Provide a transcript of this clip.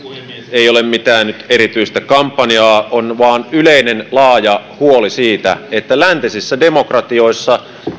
ei ole nyt mitään erityistä kampanjaa on vain yleinen laaja huoli siitä että läntisissä demokratioissa